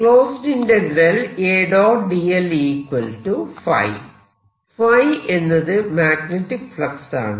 𝚽 എന്നത് magnetic flux ആണ്